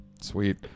Sweet